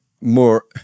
more